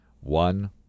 one